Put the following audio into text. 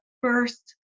first